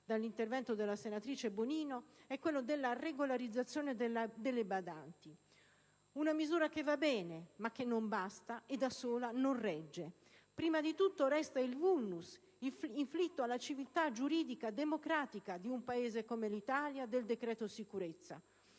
dall'intervento della senatrice Bonino, è quello della regolarizzazione delle badanti. Una misura che va bene, ma che non basta e che da sola non regge. Prima di tutto resta il *vulnus* inflitto alla civiltà giuridica democratica di un Paese come l'Italia dal decreto sicurezza.